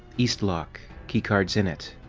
east lock. keycard's in it.